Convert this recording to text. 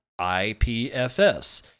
IPFS